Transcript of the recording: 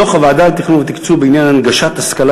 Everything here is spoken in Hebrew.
מס' 65: דוח הוועדה לתכנון ולתקצוב בעניין הנגשת השכלה